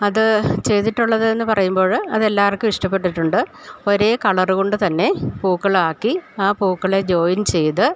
അത് ചെയ്തിട്ടുള്ളത് എന്ന് പറയുമ്പോൾ അത് എല്ലാവർക്കും ഇഷ്ടപ്പെട്ടിട്ടുണ്ട് ഒരെ കളറ് കൊണ്ട് തന്നെ പൂക്കളാക്കി ആ പൂക്കളെ ജോയിൻ ചെയ്ത്